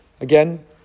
again